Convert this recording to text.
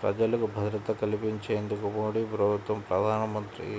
ప్రజలకు భద్రత కల్పించేందుకు మోదీప్రభుత్వం ప్రధానమంత్రి